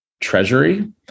treasury